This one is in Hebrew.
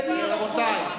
באי-נוחות,